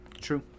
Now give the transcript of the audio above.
True